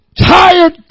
tired